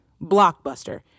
Blockbuster